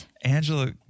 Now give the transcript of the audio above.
Angela